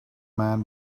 man